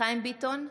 חיים ביטון,